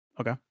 Okay